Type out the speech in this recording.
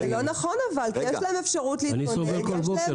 אני סובל כל בוקר.